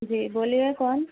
جی بولیے کون